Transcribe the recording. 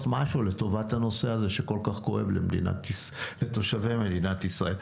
משהו לטובת הנושא הזה שכל כך כואב לתושבי מדינת ישראל.